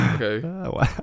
Okay